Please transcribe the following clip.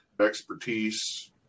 expertise